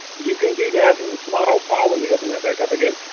you can do that in the smiol file let me open that back up again.